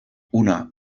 una